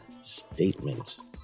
statements